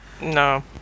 No